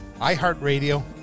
iHeartRadio